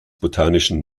botanischen